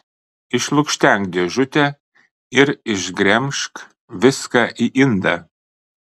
išlukštenk dėžutę ir išgremžk viską į indą